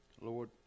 Lord